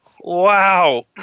Wow